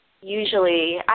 Usually